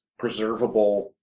preservable